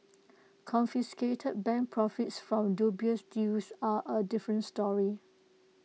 confiscated bank profits from dubious deals are A different story